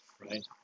right